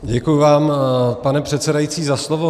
Děkuju vám, pane předsedající, za slovo.